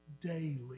daily